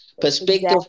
Perspective